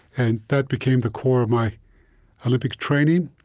and that became the core of my olympic training.